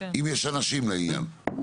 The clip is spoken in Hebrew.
אם יש אנשים לעניין.